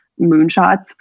moonshots